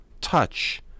touch